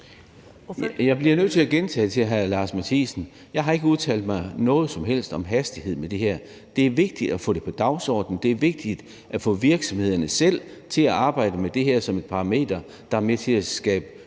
Jeg bliver nødt til at gentage for hr. Lars Boje Mathiesen, at jeg ikke har sagt noget som helst om hastighed i det her. Det er vigtigt at få det på dagsordenen, det er vigtigt at få virksomhederne til selv at arbejde med det her som et parameter, der er med til at skabe